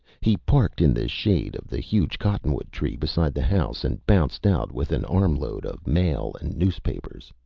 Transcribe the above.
he parked in the shade of the huge cottonwood tree beside the house and bounced out with an armload of mail and newspapers.